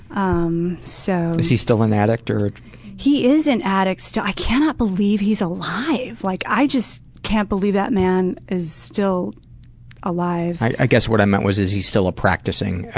um so is he still an addict? he is an addict still. i cannot believe he's alive. like i just can't believe that man is still alive. i guess what i meant was, is he still a practicing